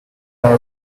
nor